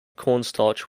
cornstarch